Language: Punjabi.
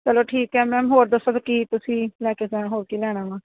ਚਲੋ ਠੀਕ ਹੈ ਮੈਮ ਹੋਰ ਦੱਸੋ ਫਿਰ ਕਿ ਤੁਸੀਂ ਲੈ ਕੇ ਜਾਣਾ ਹੋਰ ਕੀ ਲੈਣਾ ਵਾਂ